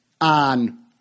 on